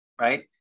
right